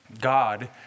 god